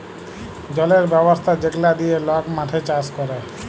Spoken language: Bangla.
জলের ব্যবস্থা যেগলা দিঁয়ে লক মাঠে চাষ ক্যরে